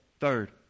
Third